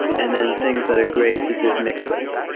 and then things that are great to just mix with.